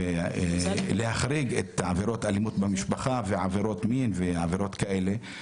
להחריג את עבירות אלימות במשפחה ועבירות מין ועבירות כאלה.